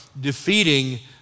defeating